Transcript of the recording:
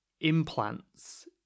implants